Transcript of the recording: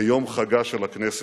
ביום חגה של הכנסת.